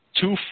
Two